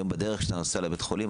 היום בדרך שאתה נוסע לבית החולים,